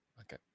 Okay